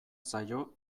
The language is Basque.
zaio